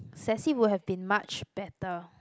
sassy would have been much better